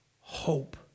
hope